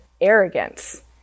arrogance